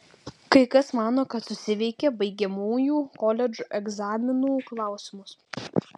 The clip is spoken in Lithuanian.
kai kas mano kad susiveikė baigiamųjų koledžo egzaminų klausimus